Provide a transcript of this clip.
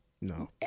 No